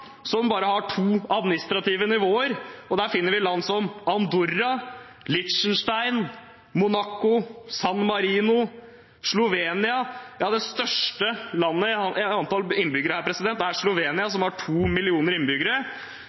som bare har to administrative nivåer. Der finner vi land som Andorra, Liechtenstein, Monaco, San Marino og Slovenia. Det største landet i antall innbyggere her er Slovenia, som har to millioner innbyggere,